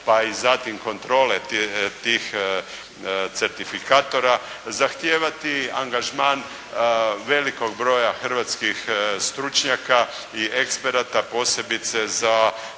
pa i zatim kontrole tih certifikatora, zahtijevati angažman velikog broja hrvatskih stručnjaka i eksperata posebice za